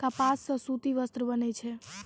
कपास सॅ सूती वस्त्र बनै छै